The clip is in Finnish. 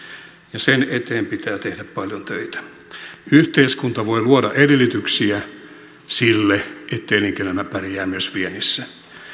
ja sen eteen pitää tehdä paljon töitä yhteiskunta voi luoda edellytyksiä sille että elinkeinoelämä pärjää myös viennissä